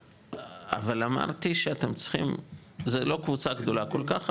זו לא קבוצה גדולה כל כך.